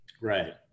Right